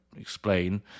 explain